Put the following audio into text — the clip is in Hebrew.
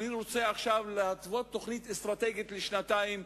אני רוצה להתוות תוכנית אסטרטגית לשנתיים,